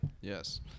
Yes